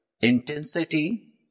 intensity